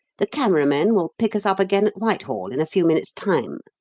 the camera men will pick us up again at whitehall, in a few minutes' time.